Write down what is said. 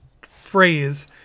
phrase